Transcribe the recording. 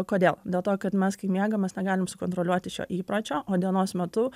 kodėl dėl to kad mes kai miegam mes negalim sukontroliuoti šio įpročio o dienos metu